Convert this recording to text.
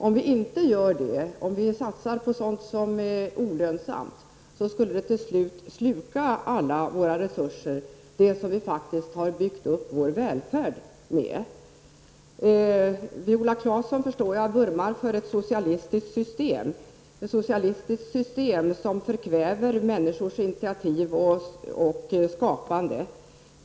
Om vi inte gör det utan satsar på sådant som är olönsamt, skulle det till slut sluka alla våra resurser, det som vi faktiskt har byggt upp vår välfärd med. Viola Claesson vurmar, förstår jag, för ett socialistiskt system, ett system som förkväver människors initiativ och skapande.